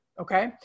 Okay